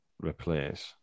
replace